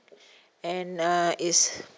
and uh it's